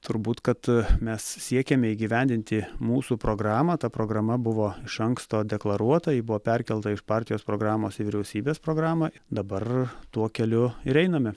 turbūt kad mes siekiame įgyvendinti mūsų programą ta programa buvo iš anksto deklaruota ji buvo perkelta iš partijos programos į vyriausybės programą dabar tuo keliu ir einame